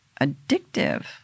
addictive